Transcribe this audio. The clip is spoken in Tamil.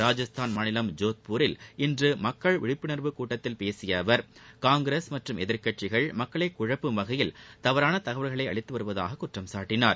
ராஜஸ்தான் மாநிலம் ஜோத்பூரில் இன்று மக்கள் விழிப்புணர்வு கூட்டத்தில் பேசிய அவர் காங்கிரஸ் மற்றும் எதிர்க்கட்சிகள் மக்களை குழப்பும் வகையில் தவறான தகவல்களை அளித்து வருவதாகக் குற்றம் சாட்டினார்